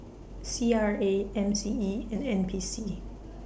C R A M C E and N P C